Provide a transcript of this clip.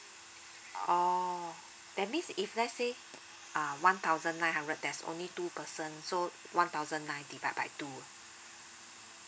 oh that means if let's say uh one thousand nine hundred there's only two person so one thousand nine divide by two ah